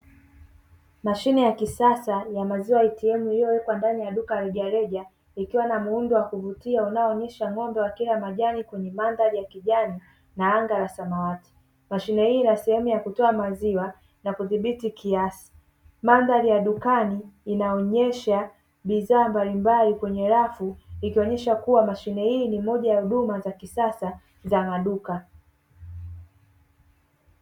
Mashine ya kisasa ya "maziwa ATM " iliyowekwa ndani ya duka la rejareja, ikiwa na muundo wa kuvutia unaoonyesha ng'ombe wakila majani kwenye mandhari ya kijani, na anga la samawati. Mashine hii ina sehemu ya kutoa maziwa na kudhibiti kiasi. Mandhari ya dukani inaonyesha bidhaa mbalimbali kwenye rafu ikionyesha kuwa mashine hii ni moja ya huduma za kisasa za maduka.